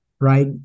Right